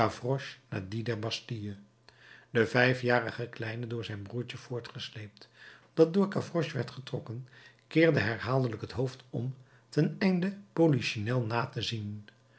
de vijfjarige kleine door zijn broertje voortgesleept dat door gavroche werd getrokken keerde herhaaldelijk het hoofd om ten einde polichinel na te zien